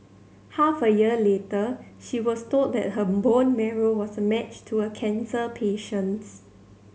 half a year later she was told that her bone marrow was a match to a cancer patient's